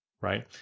right